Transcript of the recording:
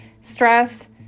stress